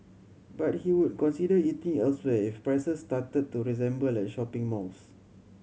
but he would consider eating elsewhere if prices started to resemble at shopping malls